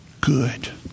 Good